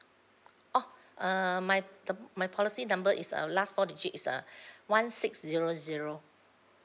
oh err my the my policy number is uh last four digit is uh one six zero zero